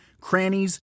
crannies